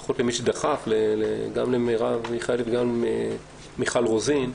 ברכות למי שדחף, גם למרב מיכאלי וגם למיכל רוזין.